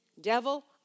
Devil